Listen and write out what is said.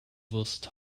wurst